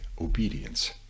obedience